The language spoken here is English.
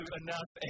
enough